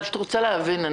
אני רוצה להבין.